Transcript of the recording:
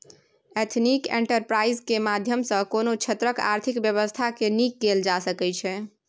ethnic enterprise केर माध्यम सँ कोनो क्षेत्रक आर्थिक बेबस्था केँ नीक कएल जा सकै छै